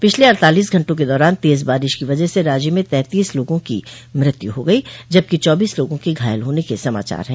पिछले अड़तालीस घंटों के दौरान तेज बारिश की वजह से राज्य में तैंतीस लोगों की मृत्यु हो गई जबकि चौबीस लोगों के घायल होने के समाचार है